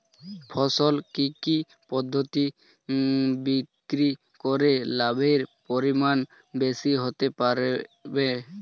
ফসল কি কি পদ্ধতি বিক্রি করে লাভের পরিমাণ বেশি হতে পারবে?